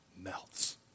melts